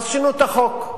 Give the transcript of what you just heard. אז שינו את החוק.